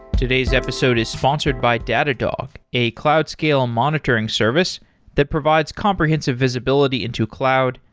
today's episode is sponsored by datadog, a cloud scale monitoring service that provides comprehensive visibility into cloud,